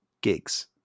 gigs